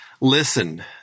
listen